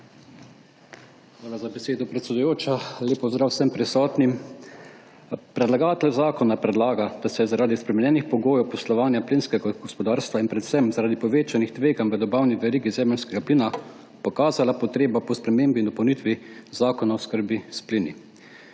Hvala za besedo, predsedujoča. Lep pozdrav vsem prisotnim! Predlagatelj zakona predlaga, da seje zaradi spremenjenih pogojev poslovanja plinskega gospodarstva in predvsem zaradi povečanih tveganj v dobavni verigi zemeljskega plina pokazala potreba po spremembi in dopolnitvi Zakona o oskrbi s plini.